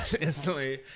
instantly